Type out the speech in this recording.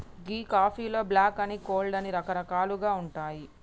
గీ కాఫీలో బ్లాక్ అని, కోల్డ్ అని రకరకాలుగా ఉంటాయి